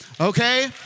Okay